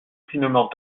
finement